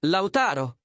Lautaro